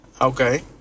Okay